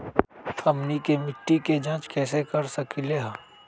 हमनी के मिट्टी के जाँच कैसे कर सकीले है?